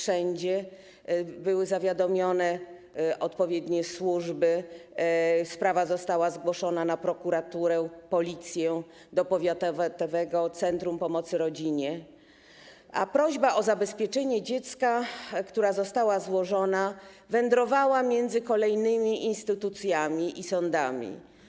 Zostały zawiadomione odpowiednie służby, sprawa została zgłoszona na prokuraturę, policję, do powiatowego centrum pomocy rodzinie, a prośba o zabezpieczenie dziecka, która została złożona, wędrowała między kolejnymi instytucjami i sądami.